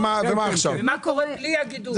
ומה קורה בלי הגידור.